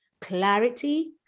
clarity